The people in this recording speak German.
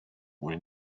wurde